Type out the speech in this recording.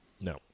no